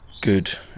good